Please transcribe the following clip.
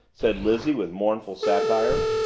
said lizzie with mournful satire.